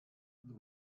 the